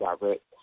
direct